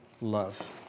love